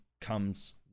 comes